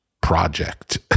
project